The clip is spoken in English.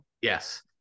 Yes